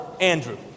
Andrew